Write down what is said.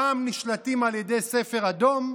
פעם נשלטים על ידי ספר אדום,